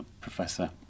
Professor